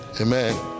amen